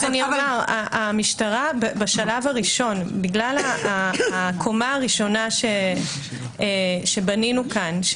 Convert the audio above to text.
המשטרה בשלב הראשון בגלל הקומה הראשונה שבנינו כאן,